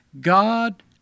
God